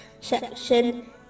section